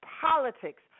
politics